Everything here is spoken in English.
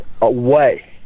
away